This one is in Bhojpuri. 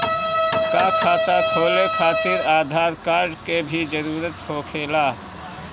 का खाता खोले खातिर आधार कार्ड के भी जरूरत होखेला?